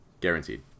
Guaranteed